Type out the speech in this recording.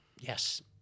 yes